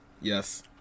Yes